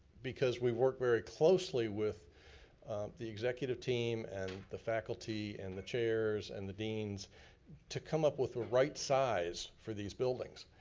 because we work very closely with the executive team and the faculty and the chairs and the deans to come up with the right size for these buildings.